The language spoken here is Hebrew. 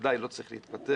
ודאי לא צריך להתפטר,